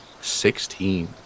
Sixteen